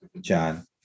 John